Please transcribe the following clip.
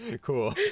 Cool